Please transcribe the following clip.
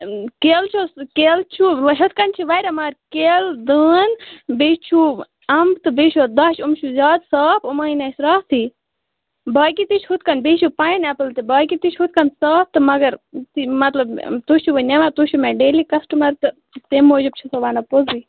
کیلہٕ چھِ حظ کیلہٕ چھو ہُتھ کنۍ چھِ واریاہ مگر کیلہٕ دٲن بیٚیہِ چھو امب تہٕ بیٚیہِ چھو دچھ امب چھُو زیادٕ صاف یِمۍ أنۍ اسہِ راتھٕے باقٕے تہِ چھِ ہُتھ کٔنۍ بیٚیہِ چھُو پَیِن ایٚپٕل تہٕ باقٕے تہِ چھُ یِتھ کٔنۍ صاف تہٕ مگر مطلب تُہۍ چھو وۄنۍ نِوان تُہۍ چھُو مےٚ ڈیلی کشٹمر تہٕ تمہِ موٗجوٗب چِھسو ونان پوٚزٕے